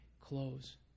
close